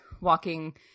walking